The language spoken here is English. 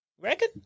Reckon